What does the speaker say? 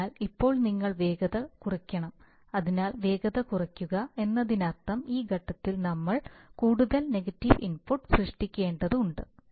അതിനാൽ ഇപ്പോൾ നിങ്ങൾ വേഗത കുറയ്ക്കണം അതിനാൽ വേഗത കുറയ്ക്കുക എന്നതിനർത്ഥം ഈ ഘട്ടത്തിൽ നമ്മൾ കൂടുതൽ നെഗറ്റീവ് ഇൻപുട്ട് സൃഷ്ടിക്കേണ്ടതുണ്ട്